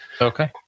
Okay